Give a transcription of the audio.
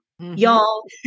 Y'all